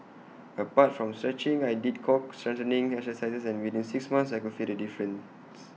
apart from stretching I did core strengthening exercises and within six months I could feel the difference